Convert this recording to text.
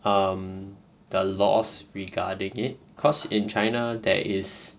um the laws regarding it cause in china there is